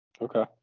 Okay